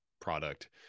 product